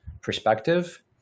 perspective